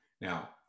Now